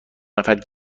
نفر